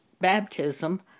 baptism